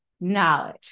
knowledge